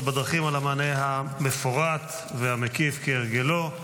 בדרכים על המענה המפורט והמקיף כהרגלו.